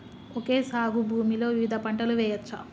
Okay సాగు భూమిలో వివిధ పంటలు వెయ్యచ్చా?